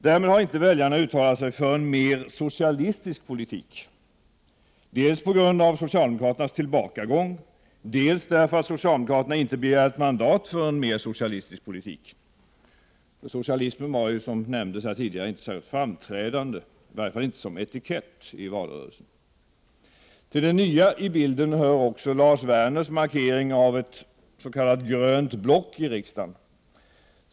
Därmed har inte väljarna uttalat sig för en mer socialistisk politik, dels beroende på socialdemokraternas tillbakagång, dels beroende på att socialdemokraterna inte begärt mandat för en mer socialistisk politik. Socialismen var ju som nämndes tidigare, inte särskilt framträdande i valrörelsen — i varje fall inte som etikett. Till det nya i bilden hör också Lars Werners markering av ett s.k. grönt block i riksdagen.